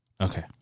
Okay